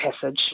passage